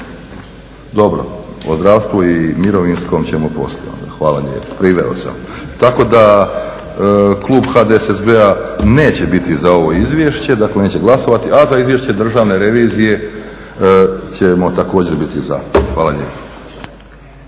Dobro, o zdravstvu i mirovinskom ćemo poslije onda. Hvala lijepa, priveo sam. Tako da klub HDSSB-a neće biti za ovo izvješće, dakle neće glasovati. A za izvješće Državne revizije ćemo također biti za. Hvala lijepa.